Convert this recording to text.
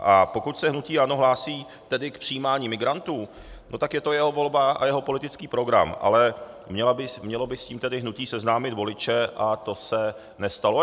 A pokud se hnutí ANO hlásí tedy k přijímání migrantů, tak je to jeho volba a jeho politický program, ale mělo by s tím hnutí tedy seznámit voliče a to se nestalo.